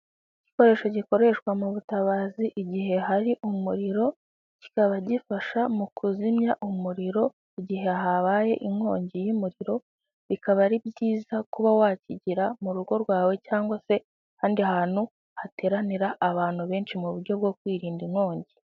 Igikoresho gikoreshwa mu butabazi igihe hari umuriro, kikaba gifasha mu kuzimya umuriro, igihe habaye inkongi y'umuriro, bikaba ari byiza kuba wakigira mu rugo rwawe cyangwa se ahandi hantu hateranira abantu benshi mu buryo bwo kwirinda inkongi.